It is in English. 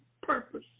purpose